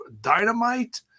Dynamite